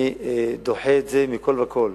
אני דוחה אותו מכול וכול,